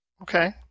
Okay